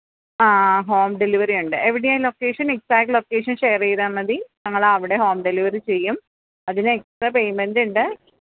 ആ ഹോം ഡെലിവറിയുണ്ട് എവിടെയാണ് ലൊക്കേഷന് എക്സാറ്റ് ലൊക്കേഷന് ഷെയര് ചെയ്താല് മതി ഞങ്ങളവിടെ ഹോം ഡെലിവറി ചെയ്യും അതിന് എക്സ്ട്രാ പേയ്മെന്റ് ഉണ്ട്